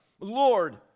Lord